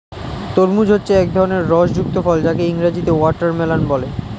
তরমুজ হচ্ছে এক ধরনের রস যুক্ত ফল যাকে ইংরেজিতে ওয়াটারমেলান বলে